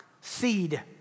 seed